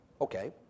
Okay